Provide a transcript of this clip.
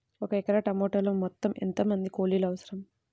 ఒక ఎకరా టమాటలో మొత్తం ఎంత మంది కూలీలు అవసరం?